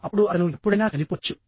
అప్పుడు అతను ఎప్పుడైనా చనిపోవచ్చు